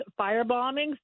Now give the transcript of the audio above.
firebombings